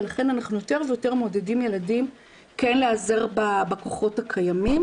ולכן אנחנו יותר ויותר מעודדים ילדים כן להיעזר בכוחות הקיימים